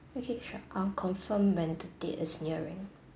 okay sure I'm confirmed when the date is nearing